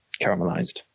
caramelized